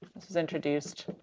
this was introduced